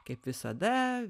kaip visada